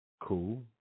Cool